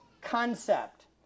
concept